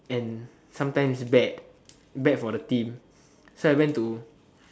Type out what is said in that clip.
and sometimes bad bad for the team so I went to